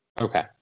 Okay